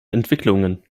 entwicklungen